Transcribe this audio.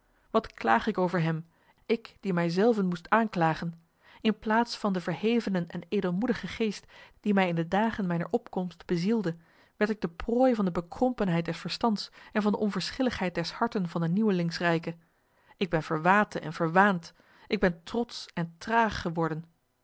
wat klaag ik over hem ik die mij zelven moest aanklagen in plaats van den verhevenen en edelmoedigen geest die mij in de dagen mijner opkomst bezielde werd ik de prooi van de bekrompenheid des verstands en van de onverschilligheid des harten van den nieuwelingsrijke ik ben verwaten en verwaand ik ben trotsch en traag geworden